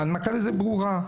ההנמקה לזה ברורה.